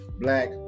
black